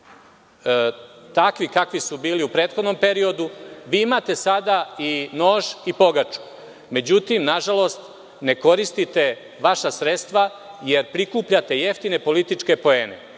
takvi kakvi su bili u prethodnom periodu. Vi imate sada i nož i pogaču. Međutim, nažalost, ne koristite vaša sredstva, jer prikupljate jeftine političke poene.